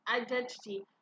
identity